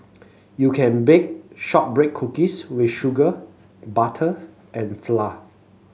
you can bake shortbread cookies with sugar butter and flour